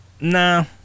Nah